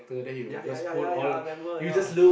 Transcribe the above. ya ya ya ya ya I remember ya